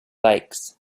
lakes